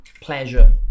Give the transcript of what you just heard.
Pleasure